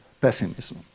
pessimism